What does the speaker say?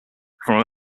from